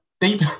deep